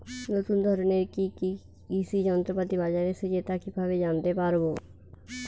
নতুন ধরনের কি কি কৃষি যন্ত্রপাতি বাজারে এসেছে তা কিভাবে জানতেপারব?